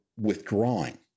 withdrawing